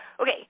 Okay